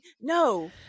no